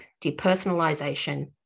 depersonalization